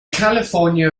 california